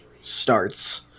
starts